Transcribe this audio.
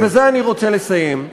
ובזה אני רוצה לסיים,